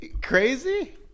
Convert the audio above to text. Crazy